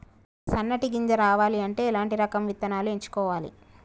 సన్నటి గింజ రావాలి అంటే ఎలాంటి రకం విత్తనాలు ఎంచుకోవాలి?